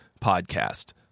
podcast